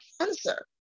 cancer